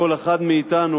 כל אחד מאתנו,